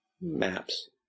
Maps